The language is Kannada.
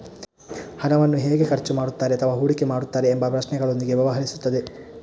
ಹಣವನ್ನು ಹೇಗೆ ಖರ್ಚು ಮಾಡುತ್ತಾರೆ ಅಥವಾ ಹೂಡಿಕೆ ಮಾಡುತ್ತಾರೆ ಎಂಬ ಪ್ರಶ್ನೆಗಳೊಂದಿಗೆ ವ್ಯವಹರಿಸುತ್ತದೆ